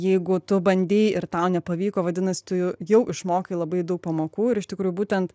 jeigu tu bandei ir tau nepavyko vadinas tu jau išmokai labai daug pamokų ir iš tikrųjų būtent